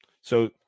so-